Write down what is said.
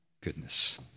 goodness